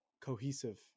cohesive